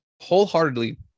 wholeheartedly